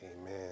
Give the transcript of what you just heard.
Amen